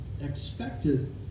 expected